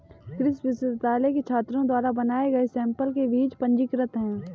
कृषि विश्वविद्यालय के छात्रों द्वारा बनाए गए सैंपल के बीज पंजीकृत हैं